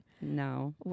No